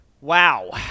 Wow